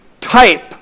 type